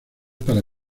para